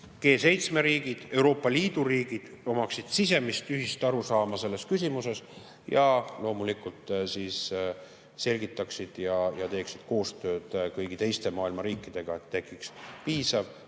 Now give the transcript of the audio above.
G7 riigid, Euroopa Liidu riigid omaksid sisemist ühist arusaama selles küsimuses ja loomulikult selgitaksid ja teeksid koostööd kõigi teiste maailma riikidega, et tekiks piisav